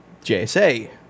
JSA